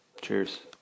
Cheers